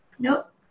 Nope